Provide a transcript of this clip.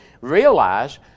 realize